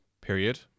period